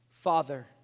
Father